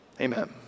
Amen